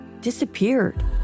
disappeared